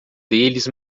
deles